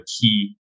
key